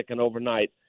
overnight